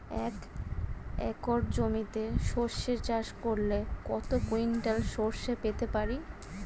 এক একর জমিতে সর্ষে চাষ করলে কত কুইন্টাল সরষে পেতে পারি?